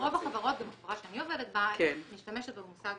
רוב החברות, גם החברה שאני עובדת בה, משתמשת במושג